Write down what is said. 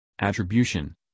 attribution